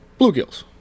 bluegills